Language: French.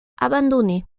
abandonnées